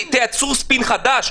תייצרו ספין חדש?